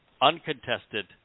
uncontested